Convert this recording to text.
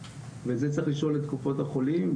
את זה צריך לשאול את קופות החולים,